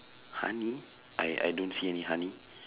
honey I I don't see any honey